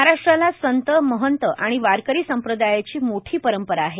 महाराष्ट्राला संत महंत आणि वारकरी संप्रदायाची मोठी परंपरा आहे